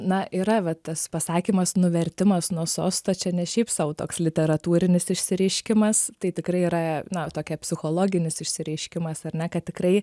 na yra va tas pasakymas nuvertimas nuo sosto čia ne šiaip sau toks literatūrinis išsireiškimas tai tikrai yra na tokia psichologinis išsireiškimas ar ne kad tikrai